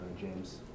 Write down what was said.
James